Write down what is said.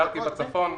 עשרים דקות...